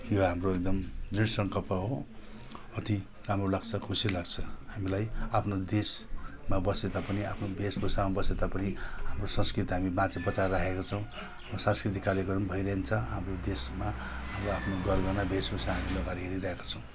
यो हाम्रो एकदम दृढ सङ्कल्प हो अति राम्रो लाग्छ खुसी लाग्छ हामीलाई आफ्नो देशमा बसेता पनि आफ्नो भेषभूषामा बसे तापनि हाम्रो संस्कृति हामी बचाएर राखेका छौँ सांस्कृतिक कार्यक्रम भइरहन्छ अब देशमा हाम्रो आफ्नो गरगहना भेषभूषा लगाएर हामी हिँडिरहेका छौँ